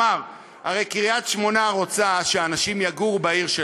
הרי קריית-שמונה רוצה שאנשים יגורו בעיר,